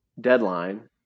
deadline